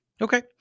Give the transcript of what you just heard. Okay